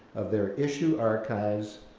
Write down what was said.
of their issue archives,